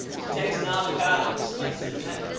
she takes an avocado, slices it in half,